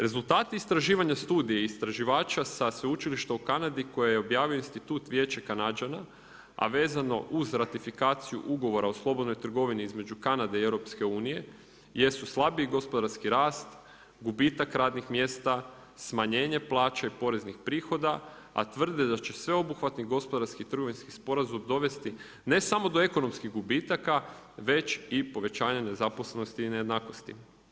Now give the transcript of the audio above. Rezultati istraživanja studije istraživača sa sveučilišta u Kanadi koje je objavio institut Vijeće Kanađana, a vezano uz ratifikaciju ugovora o slobodnoj trgovini između Kanade i EU jesu slabiji gospodarski rast, gubitak radnih mjesta, smanjenje plaće i poreznih prihoda, a tvrde da će sveobuhvatni gospodarski trgovinski sporazum dovesti ne samo do ekonomskih gubitaka već i povećanje nezaposlenosti i nejednakosti.